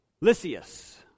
Lysias